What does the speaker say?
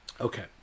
Okay